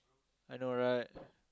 I know right